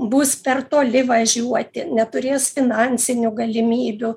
bus per toli važiuoti neturės finansinių galimybių